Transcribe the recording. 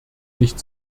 nicht